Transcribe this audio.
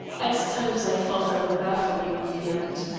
at times i thought i would baffle you in the end.